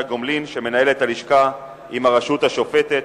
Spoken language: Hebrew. הגומלין שמנהלת הלשכה עם הרשות השופטת,